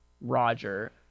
roger